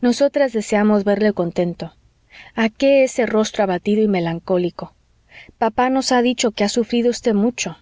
nosotras deseamos verle contento a qué ese rostro abatido y melancólico papá nos ha dicho que ha sufrido usted mucho